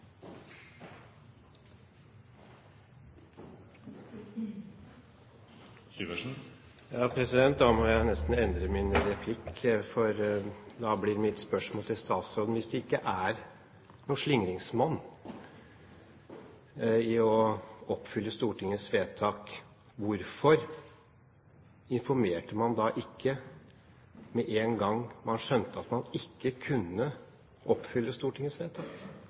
Da må jeg nesten endre min replikk, og mitt spørsmål til statsråden blir: Hvis det ikke er noe slingringsmonn når det gjelder å oppfylle Stortingets vedtak, hvorfor informerte man da ikke med en gang man skjønte at man ikke kunne oppfylle Stortingets vedtak?